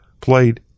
played